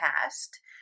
past